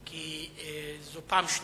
כי זו פעם שנייה.